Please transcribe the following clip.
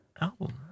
album